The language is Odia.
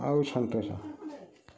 ଆଉ ସନ୍ତୋଷ